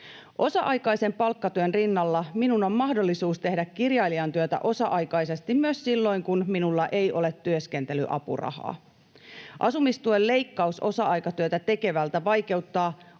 Osa-aikaisen palkkatyön rinnalla minun on mahdollisuus tehdä kirjailijan työtä osa-aikaisesti myös silloin, kun minulla ei ole työskentelyapurahaa. Asumistuen leikkaus osa-aikatyötä tekevältä vaikeuttaa